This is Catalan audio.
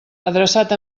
adreçat